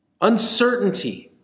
Uncertainty